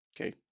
Okay